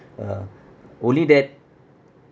ah only that